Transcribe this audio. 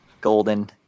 Golden